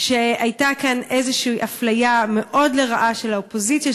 שהייתה כאן איזושהי אפליה מאוד לרעה של האופוזיציה,